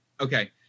okay